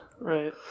right